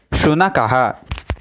शुनकः